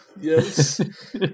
yes